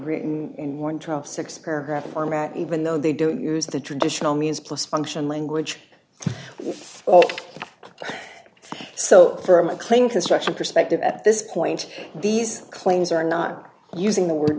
written in one trial six paragraph format even though they don't use the traditional means plus function language so for my claim construction perspective at this point these claims are not using the word